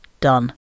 done